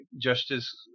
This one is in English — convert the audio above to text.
Justice